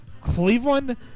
Cleveland